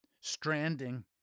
stranding